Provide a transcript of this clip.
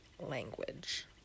language